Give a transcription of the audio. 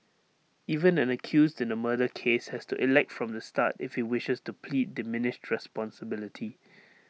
even an accused in A murder case has to elect from the start if he wishes to plead diminished responsibility